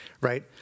right